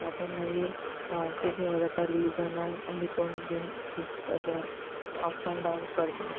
तातून मागीर खूब हें जाता रिलिजनान भितून बीन खूब अशें अप्स एण्ड डावन्स करतात